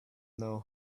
know